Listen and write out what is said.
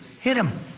hit him.